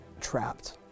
trapped